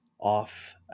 off